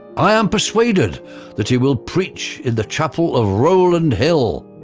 i am persuaded that he will preach in the chapel of rowland hill,